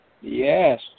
Yes